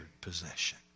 possession